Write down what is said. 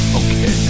okay